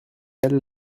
elle